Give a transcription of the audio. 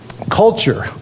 Culture